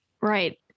Right